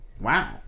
wow